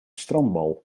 strandbal